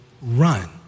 run